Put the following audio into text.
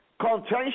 Contention